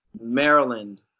Maryland